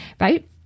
Right